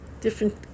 different